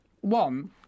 one